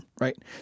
Right